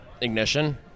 Ignition